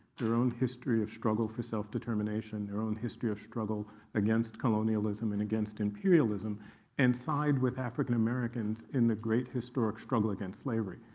their own history of struggle for self-determination, their own history of struggle against colonialism and against imperialism and side with african-americans in the great historic struggle against slavery.